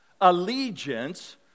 allegiance